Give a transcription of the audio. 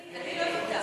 אני לא ויתרתי.